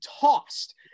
tossed